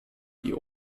die